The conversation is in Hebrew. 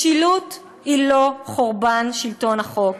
משילות היא לא חורבן שלטון החוק,